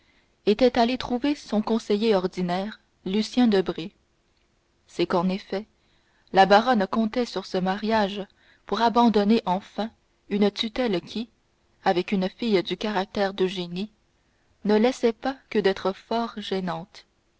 était allée trouver son conseiller ordinaire lucien debray c'est qu'en effet la baronne comptait sur ce mariage pour abandonner enfin une tutelle qui avec une fille du caractère d'eugénie ne laissait pas que d'être fort gênante